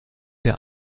der